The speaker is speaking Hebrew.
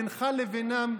בינך לבינם,